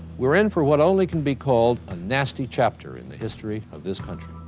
we're in for what only can be called a nasty chapter in the history of this country